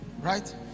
Right